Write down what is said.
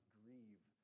grieve